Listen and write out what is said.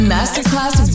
Masterclass